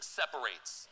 separates